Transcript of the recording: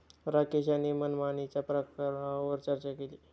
राकेश यांनी मनमानीच्या प्रकारांवर चर्चा केली